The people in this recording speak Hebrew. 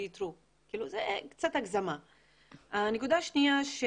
הנקודה השנייה.